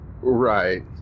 Right